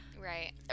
right